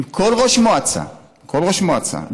עם כל ראש מועצה, עם כל ראש מועצה.